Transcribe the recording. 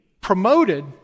promoted